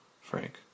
Frank